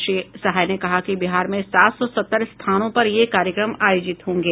श्री सहाय ने कहा कि बिहार में सात सौ सत्तर स्थानों पर ये कार्यक्रम आयोजित होंगे